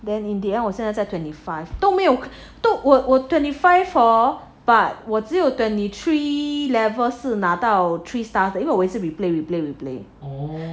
then in the end 我现在在 twenty five 都没有都我我 twenty five hor but 我只有 twenty three level 是拿到 three stars 的因为我也是 replay replay replay